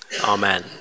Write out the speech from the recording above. Amen